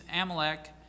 Amalek